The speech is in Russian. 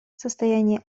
состояние